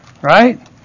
right